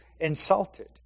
insulted